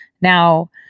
Now